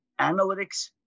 analytics